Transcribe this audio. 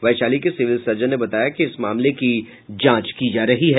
वैशाली के civil surgeon ने बताया कि इस मामले की जांच की जा रही है